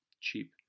Cheap